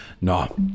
No